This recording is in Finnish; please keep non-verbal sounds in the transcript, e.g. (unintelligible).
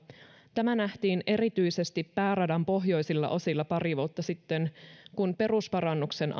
tämä nähtiin erityisesti pääradan pohjoisilla osilla pari vuotta sitten kun perusparannuksen (unintelligible)